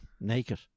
naked